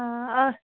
हँ